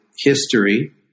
History